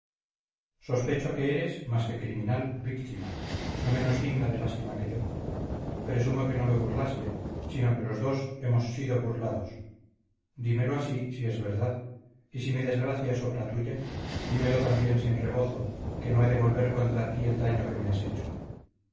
sospecho que eres más que criminal víctima no menos digna de lástima que yo presumo que no me burlaste sino que los dos hemos sido burlados dímelo así si es verdad y si mi desgracia es obra tuya dímelo también sin rebozo que no he de volver contra ti el daño que me has hecho